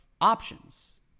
options